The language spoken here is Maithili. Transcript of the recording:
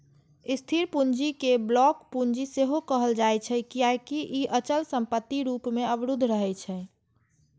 स्थिर पूंजी कें ब्लॉक पूंजी सेहो कहल जाइ छै, कियैकि ई अचल संपत्ति रूप मे अवरुद्ध रहै छै